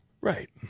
right